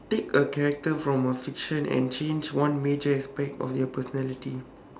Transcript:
take a character from a fiction and change one major aspect of their personality